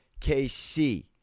KC